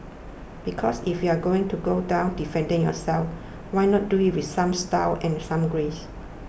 because if you are going to go down defending yourself why not do it with some style and some grace